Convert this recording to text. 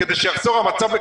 כדי שהמצב יחזור לקדמותו,